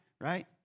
right